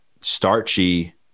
starchy